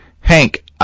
Hank